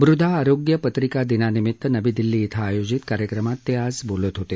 मृदा आरोग्य पत्रिका दिनानिमित्त नवी दिल्ली इथं आयोजित कार्यक्रमात ते आज बोलत होते